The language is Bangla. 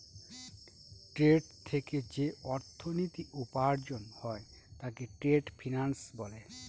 ট্রেড থেকে যে অর্থনীতি উপার্জন হয় তাকে ট্রেড ফিন্যান্স বলে